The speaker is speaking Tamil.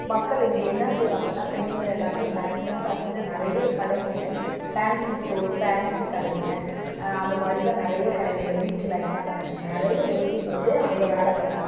மக்கள் இங்கே என்ன செய்வாங்கன்னா பெண்கள் எல்லாமே மேக்ஸிமம் பார்த்தீங்கன்னா நிறைய கடைங்க ஃபேன்ஸி ஸ்டோர் ஃபேன்ஸி கடைங்க அது மாதிரி தான் நிறைய கடைங்க இந்த பீச் லைன்லாம் பார்த்தீங்கன்னா நிறைய லேடீஸ் வந்து அங்கே வேலை பண்ணுறாங்க